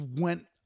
went